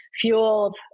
fueled